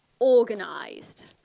organised